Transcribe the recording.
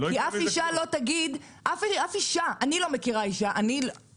כי אף אישה לא תגיד - אני לא מכירה סליחה,